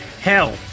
HELL